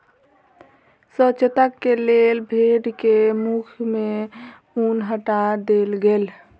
स्वच्छता के लेल भेड़ के मुख सॅ ऊन हटा देल गेल